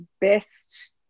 best